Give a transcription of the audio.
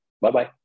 Bye-bye